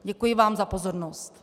Děkuji vám za pozornost.